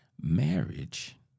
Marriage